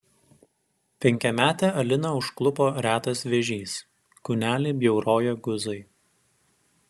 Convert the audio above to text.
penkiametę aliną užklupo retas vėžys kūnelį bjauroja guzai